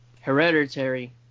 Hereditary